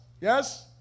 Yes